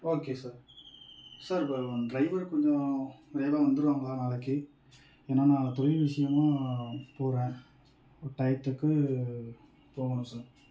okay sir sir driver கொஞ்சம் வேகமாக வந்துருவாங்களா நாளைக்கு ஏன்னால் நான் தொழில் விஷயமாக போகிறேன் டயத்துக்கு போகணும் சார்